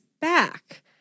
back